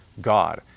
God